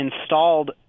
installed